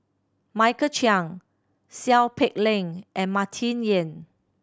Michael Chiang Seow Peck Leng and Martin Yan